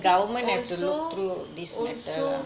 I think also also